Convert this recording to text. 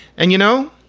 and, you know,